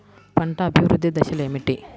పంట అభివృద్ధి దశలు ఏమిటి?